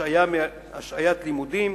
השעיית לימודים,